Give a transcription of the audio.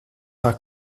are